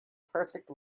perfect